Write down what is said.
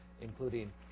including